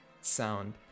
sound